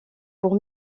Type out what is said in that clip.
pour